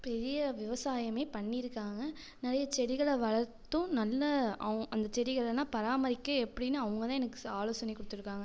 பெரிய விவசாயமே பண்ணிருக்காங்கள் நிறைய செடிகள் வளர்த்தும் நல்லா அவ் அந்த செடிகள் எல்லாம் பராமரிக்க எப்படின்னு அவங்கள் தான் எனக்கு ஸ் ஆலோசனை கொடுத்துருக்காங்க